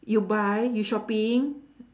you buy you shopping